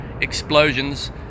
explosions